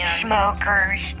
smokers